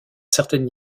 certaines